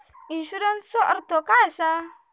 इन्शुरन्सचो अर्थ काय असा?